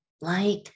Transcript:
light